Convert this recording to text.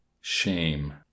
shame